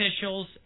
officials